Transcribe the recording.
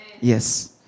Yes